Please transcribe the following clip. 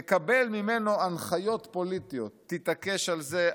ומקבל ממנו הנחיות פוליטיות: תתעקש על זה,